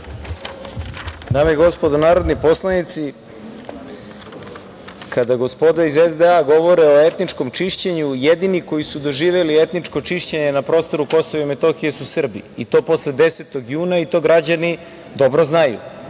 Dame i gospodo narodni poslanici, kada gospoda iz SDA govore o etničkom čišćenju, jedini koji su doživeli etničko čišćenje na prostoru Kosova i Metohije su Srbi i to posle 10. juna i to građani dobro znaju,